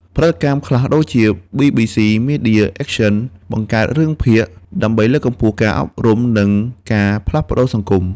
ផលិតកម្មខ្លះដូចជា BBC Media Action បង្កើតរឿងភាគដើម្បីលើកកម្ពស់ការអប់រំ និងការផ្លាស់ប្តូរសង្គម។